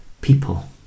people